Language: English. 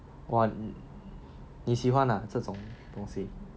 what 你喜欢 ah 这种东西